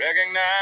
recognize